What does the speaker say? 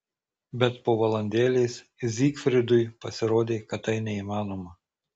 bet po valandėlės zygfridui pasirodė kad tai neįmanoma